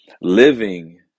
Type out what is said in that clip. Living